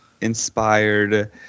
inspired